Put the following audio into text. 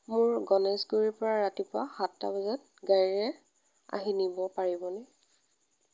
মোক গণেশগুৰিৰ পৰা ৰাতিপুৱা সাতটা বজাত গাড়ীৰে আহি নিব পাৰিবনে